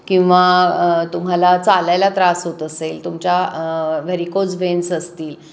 किंवा तुम्हाला चालायला त्रास होत असेल तुमच्या व्हॅरिकोज वेन्स असतील